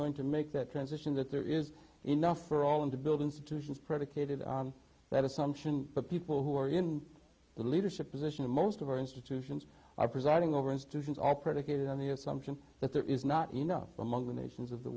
going to make that transition that there is enough for all and to build institutions predicated on that assumption that people who are in the leadership position of most of our institutions are presiding over institutions are predicated on the assumption that there is not enough among the nations of the